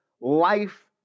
life